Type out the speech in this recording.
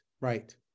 right